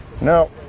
No